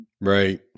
Right